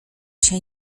się